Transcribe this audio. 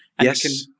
Yes